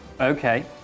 Okay